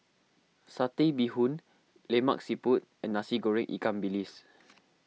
Satay Bee Hoon Lemak Siput and Nasi Goreng Ikan Bilis